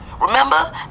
Remember